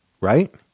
right